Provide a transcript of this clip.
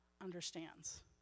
understands